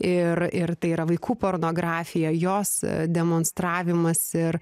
ir ir tai yra vaikų pornografija jos demonstravimas ir